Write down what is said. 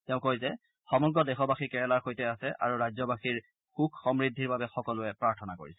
তেওঁ কয় যে সমগ্ৰ দেশবাসী কেৰালাৰ সৈতে আছে আৰু ৰাজ্যবাসীৰ সুখ সমূদ্ধিৰ বাবে সকলোৱে প্ৰাৰ্থনা কৰিছে